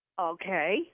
Okay